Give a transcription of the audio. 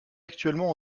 actuellement